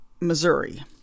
Missouri